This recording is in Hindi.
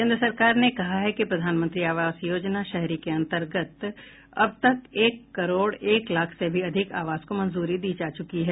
केन्द्र सरकार ने कहा है कि प्रधानमंत्री आवास योजना शहरी के अंतर्गत अब तक एक करोड एक लाख से भी अधिक आवास को मंजूरी दी जा चुकी है